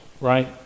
right